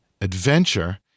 Adventure